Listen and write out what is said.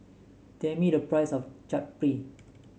tell me the price of Chaat Papri